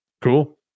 cool